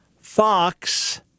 Fox